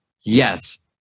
yes